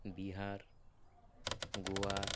Bihar Goa